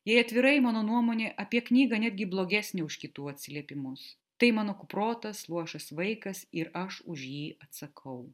jei atvirai mano nuomonė apie knygą netgi blogesnė už kitų atsiliepimus tai mano kuprotas luošas vaikas ir aš už jį atsakau